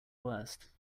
worst